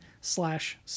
slash